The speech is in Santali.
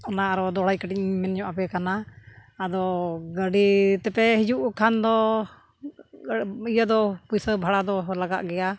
ᱚᱱᱟ ᱟᱨᱚ ᱫᱚᱲᱟᱭ ᱠᱟᱹᱴᱤᱡ ᱢᱮᱱᱚᱜ ᱟᱯᱮ ᱠᱟᱱᱟ ᱟᱫᱚ ᱜᱟᱹᱰᱤ ᱛᱮᱯᱮ ᱦᱤᱡᱩᱜ ᱠᱷᱟᱱ ᱫᱚ ᱤᱭᱟᱹ ᱫᱚ ᱯᱩᱭᱥᱟᱹ ᱵᱷᱟᱲᱟ ᱫᱚ ᱞᱟᱜᱟᱜ ᱜᱮᱭᱟ